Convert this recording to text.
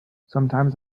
sometimes